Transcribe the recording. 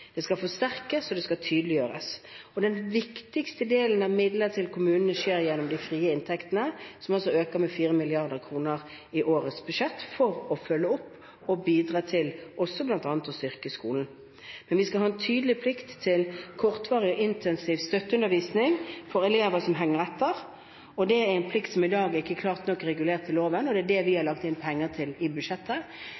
Det skal forsterkes, og det skal tydeliggjøres. De viktigste midlene til kommunene kommer gjennom de frie inntektene, som altså øker med 4 mrd. kr i årets budsjett, for å følge opp og bidra til også bl.a. å styrke skolen. Vi skal ha en tydelig plikt til kortvarig og intensiv støtteundervisning for elever som henger etter, og det er en plikt som i dag ikke er klart nok regulert i loven. Det er det vi har